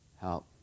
help